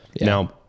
Now